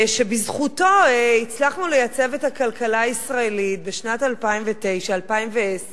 שבזכותו הצלחנו לייצב את הכלכלה הישראלית בשנים 2009 ו-2010,